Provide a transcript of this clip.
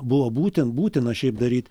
buvo būten būtina šiaip daryti